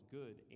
good